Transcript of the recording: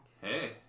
Hey